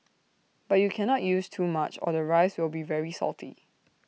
but you cannot use too much or the rice will be very salty